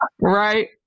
Right